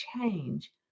change